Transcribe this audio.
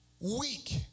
Weak